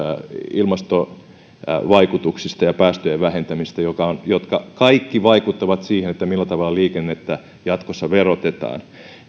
ilmastovaikutuksista ja päästöjen vähentämisestä nämä kaikki vaikuttavat siihen millä tavalla liikennettä jatkossa verotetaan